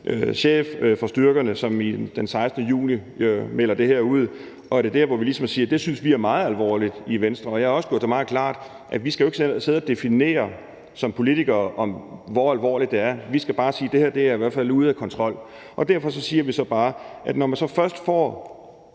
chef for styrkerne, som den 16. juni melder det her ud, og det er ligesom der, hvor vi i Venstre siger, at det synes vi er meget alvorligt, og jeg har jo også gjort det meget klart, at vi som politikere ikke skal sidde og definere, hvor alvorligt det er. Vi skal bare sige, at det her i hvert fald er ude af kontrol, og derfor siger Venstre bare, at når man først får